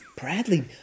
Bradley